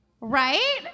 Right